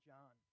John